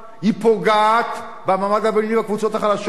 היא פוגעת במעמד הבינוני ובקבוצות החלשות,